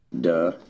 Duh